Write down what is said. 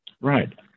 Right